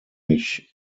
mich